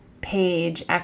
page